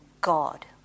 God